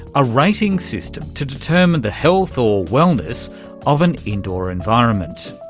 a rating system to determine the health or wellness of an indoor environment.